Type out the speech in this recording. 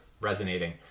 resonating